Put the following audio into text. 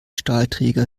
stahlträger